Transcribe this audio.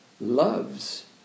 love's